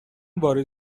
وارد